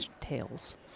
tales